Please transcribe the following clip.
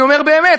אני אומר באמת,